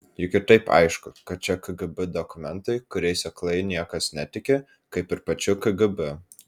juk ir taip aišku kad čia kgb dokumentai kuriais aklai niekas netiki kaip ir pačiu kgb